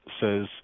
says